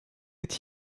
est